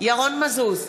ירון מזוז,